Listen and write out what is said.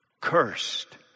Cursed